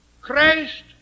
Christ